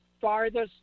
farthest